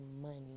money